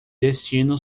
destino